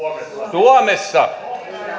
suomessa